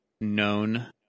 known